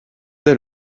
dès